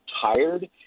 tired